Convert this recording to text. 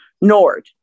Nord